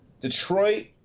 Detroit